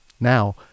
Now-